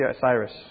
Cyrus